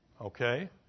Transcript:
okay